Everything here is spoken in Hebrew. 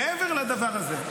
מעבר לדבר הזה,